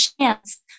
chance